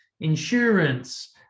insurance